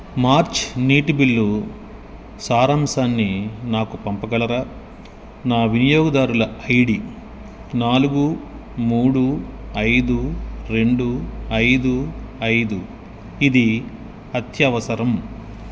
March నీటి bill సారాంశాన్ని నాకు పంపగలరా నా వినియోగదారుల ఐడి నాలుగు మూడు ఐదు రెండు ఐదు ఐదు ఇది అత్యవసరం